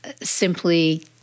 simply